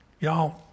Y'all